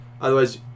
Otherwise